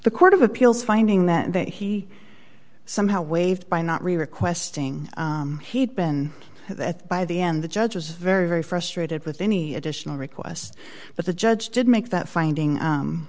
the court of appeals finding that he somehow waived by not requesting he had been there by the end the judge was very very frustrated with any additional requests but the judge did make that finding